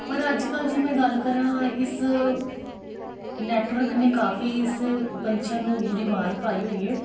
ਪਰ ਅੱਜ ਕੱਲ੍ਹ ਜੇ ਮੈਂ ਗੱਲ ਕਰਾਂ ਇਸ ਨੈੱਟਵਰਕ ਨੇ ਕਾਫ਼ੀ ਇਸ ਪੰਛੀਆਂ ਨੂੰ ਬੁਰੀ ਮਾਰ ਪਾਈ ਹੋਈ ਹੈ